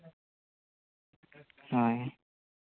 ᱦᱳᱭ